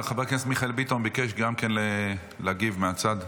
גם חבר הכנסת מיכאל ביטון ביקש להגיב, מהצד,